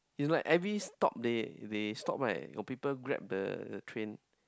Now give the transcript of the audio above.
it's like every stop they they stop right got people grab the train